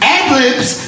Ad-libs